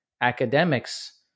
academics